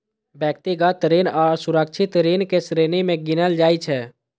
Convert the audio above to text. व्यक्तिगत ऋण असुरक्षित ऋण के श्रेणी मे गिनल जाइ छै